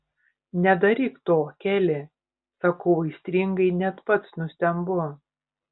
nedaryk to keli sakau aistringai net pats nustembu